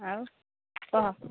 ଆଉ କହ